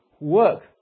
work